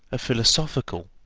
a philosophical,